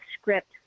script